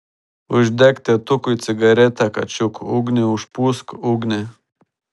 uždek tėtukui cigaretę kačiuk ugnį užpūsk ugnį